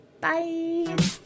Bye